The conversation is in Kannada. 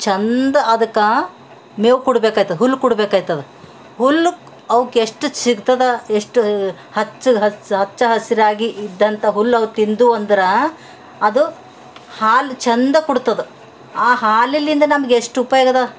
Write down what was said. ಚಂದ ಅದಕ್ಕೆ ಮೇವು ಕೊಡ್ಬೇಕಾಯ್ತದ ಹುಲ್ಲು ಕೊಡ್ಬೇಕಾಯ್ತದ ಹುಲ್ಲು ಅವಕ್ಕೆಷ್ಟು ಸಿಗ್ತದೆ ಎಷ್ಟು ಹಚ್ಚದು ಹಸ್ ಹಚ್ಚ ಹಸಿರಾಗಿ ಇದ್ದಂಥ ಹುಲ್ಲು ಅವು ತಿಂದುವು ಅಂದ್ರೆ ಅದು ಹಾಲು ಚಂದ ಕೊಡ್ತದ ಆ ಹಾಲಿಂದ ನಮಗೆಷ್ಟು ಉಪಯೋಗದ